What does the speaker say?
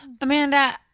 Amanda